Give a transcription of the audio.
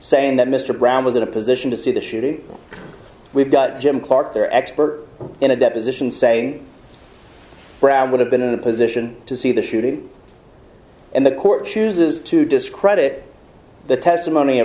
saying that mr brown was in a position to see the shooting we've got jim clark there expert in a deposition saying brad would have been in the position to see the shooting and the court chooses to discredit the testimony